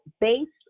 based